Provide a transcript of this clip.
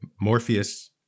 Morpheus